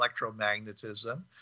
electromagnetism